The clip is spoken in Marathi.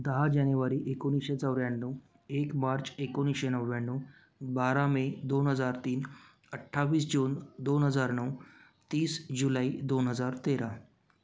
दहा जानेवारी एकोणीसशे चौऱ्याण्णव एक मार्च एकोणीसशे नव्याण्णव बारा मे दोन हजार तीन अठ्ठावीस जून दोन हजार नऊ तीस जुलै दोन हजार तेरा